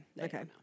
Okay